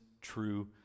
true